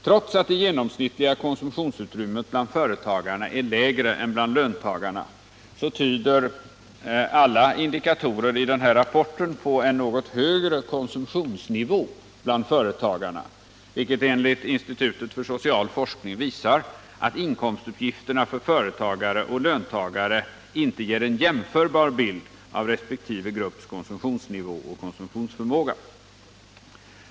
Trots att det genomsnittliga konsumtionsutrymmet bland företagarna är lägre än bland löntagarna tyder alla indikatorer i rapporten på en något högre konsumtionsnivå bland företagarna, vilket enligt institutet för social forskning visar att inkomstuppgifterna för företagare och löntagare inte ger en jämförbar bild av resp. grupps konsumtionsnivå och konsumtionsförmåga.